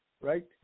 right